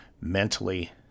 mentally